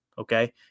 Okay